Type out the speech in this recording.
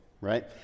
right